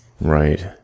Right